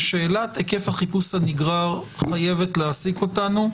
ושאלת היקף החיפוש הנגרר חייבת להעסיק אותנו.